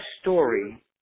story